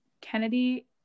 Kennedy